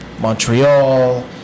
montreal